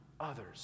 others